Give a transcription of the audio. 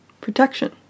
protection